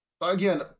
again